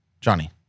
Johnny